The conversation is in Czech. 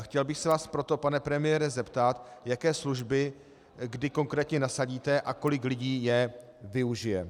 Chtěl bych se vás proto, pane premiére, zeptat, jaké služby a kdy konkrétně nasadíte a kolik lidí je využije.